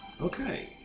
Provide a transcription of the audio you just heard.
Okay